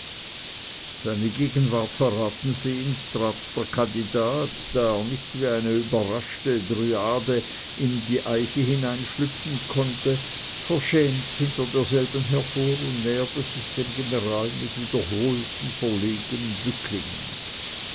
seine gegenwart verraten sehend trat der kandidat da er nicht wie eine überraschte dryade in die eiche hineinschlüpfen konnte verschämt hinter derselben hervor und näherte sich dem general mit wiederholten verlegenen bücklingen